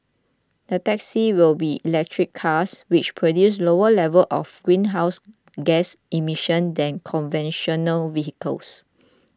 the taxis will be electric cars which produce lower levels of greenhouse gas emissions than conventional vehicles